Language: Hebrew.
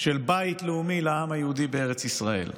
של בית לאומי לעם היהודי בארץ ישראל.